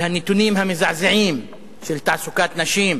על הנתונים המזעזעים של תעסוקת נשים,